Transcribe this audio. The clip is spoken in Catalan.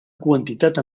quantitat